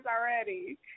already